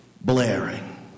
blaring